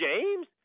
James